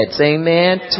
amen